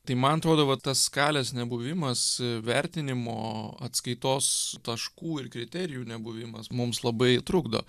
tai man atrodo va tas skalės nebuvimas vertinimo atskaitos taškų ir kriterijų nebuvimas mums labai trukdo